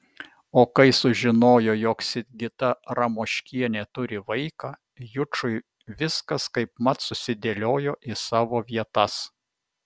o kai sužinojo jog sigita ramoškienė turi vaiką jučui viskas kaipmat susidėliojo į savo vietas